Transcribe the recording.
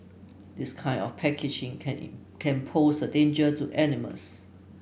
this kind of packaging can can pose a danger to animals